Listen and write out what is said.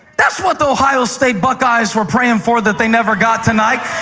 that's what the ohio state buckeyes were praying for that they never got tonight.